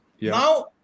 Now